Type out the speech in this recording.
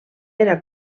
era